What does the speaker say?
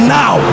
now